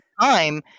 time